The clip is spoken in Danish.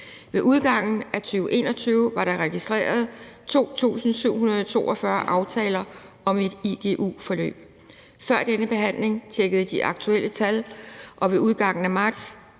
Ved udgangen af 2021 var der registreret 2.742 aftaler om et igu-forløb. Før denne behandling tjekkede jeg de aktuelle tal, og ved udgangen af marts